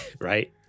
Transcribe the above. Right